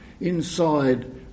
Inside